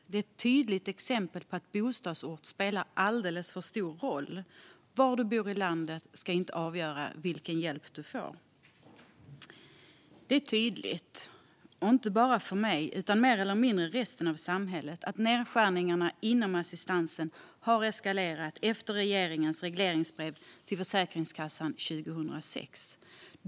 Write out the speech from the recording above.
Det är ett tydligt exempel på att bostadsort spelar alldeles för stor roll. Men var du bor i landet ska inte avgöra vilken hjälp du får. Det är tydligt för mig och i stort sett resten av samhället att nedskärningarna inom assistansen har eskalerat efter regeringens regleringsbrev till Försäkringskassan 2016.